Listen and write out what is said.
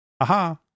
Aha